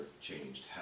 changed